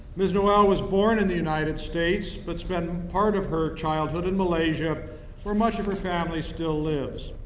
ms. noel was born in the united states but spent part of her childhood in malaysia where much of her family still lives.